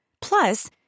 Plus